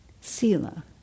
sila